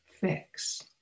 fix